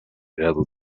grado